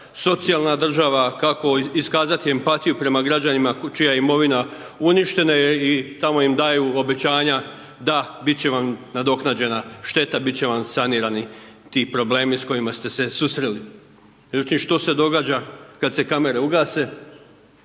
socijalna država, kako iskazati empatiju prema građanima čija imovina uništena je i tamo im daju obećanja da, bit će vam nadoknađena šteta, bit će vam sanirani ti problemi s kojima ste se susreli. Međutim što se događa kad se kamere ugase?